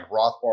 Rothbard